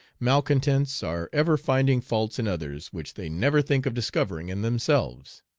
malcontents are ever finding faults in others which they never think of discovering in themselves.